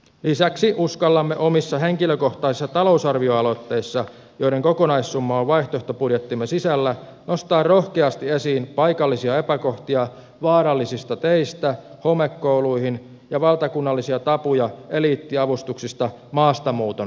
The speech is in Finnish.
lisäksi uskallamme omissa henkilökohtaisissa talousarvioaloitteissamme joiden kokonaissumma on vaihtoehtobudjettimme sisällä nostaa rohkeasti esiin paikallisia epäkohtia vaarallisista teistä homekouluihin ja valtakunnallisia tabuja eliittiavustuksista maastamuuton lisäämiseen